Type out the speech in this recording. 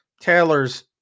Taylor's